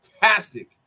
Fantastic